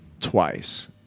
twice